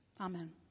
Amen